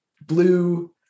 blue